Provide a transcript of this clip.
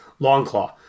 Longclaw